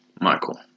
Michael